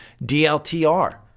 DLTR